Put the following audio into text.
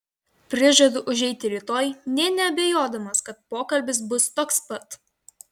prižadu užeiti rytoj nė neabejodamas kad pokalbis bus toks pat